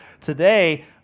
Today